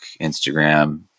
Instagram